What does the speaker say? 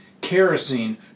kerosene